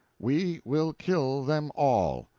we will kill them all.